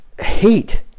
hate